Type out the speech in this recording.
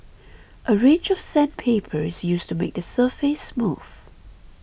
a range of sandpaper is used to make the surface smooth